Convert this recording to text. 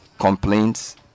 complaints